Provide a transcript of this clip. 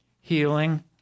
healing